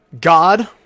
God